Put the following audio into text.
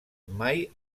mai